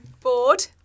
bored